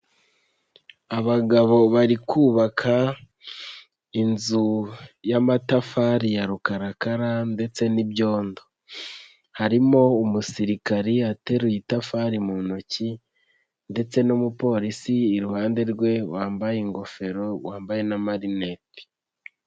Abagabo bari kubaka inzu y'amatafari ya rukarakara ndetse n'ibyondo, harimo umusirikare ateruye itafari mu ntoki ndetse n'umupolisi iruhande rwe wambaye ingofero, wambaye n'amarineti